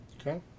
Okay